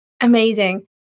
Amazing